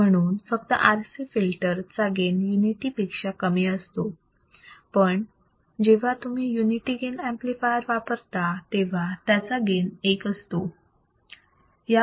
म्हणून फक्त RC filter चा गेन युनिटी पेक्षा कमी असतो पण जेव्हा तुम्ही युनिटी गेन ऍम्प्लिफायर वापरता तेव्हा त्याचा गेन एक असतो